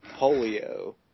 polio